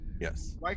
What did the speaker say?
Yes